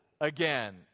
again